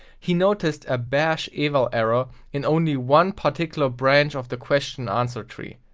he noticed a bash eval error in only one particular branch of the question answers tree.